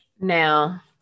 Now